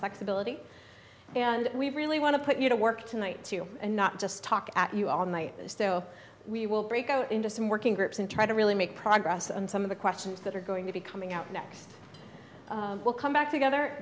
flexibility and we really want to put you to work tonight and not just talk at you all night so we will break out into some working groups and try to really make progress on some of the questions that are going to be coming out next we'll come back together